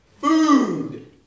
Food